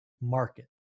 market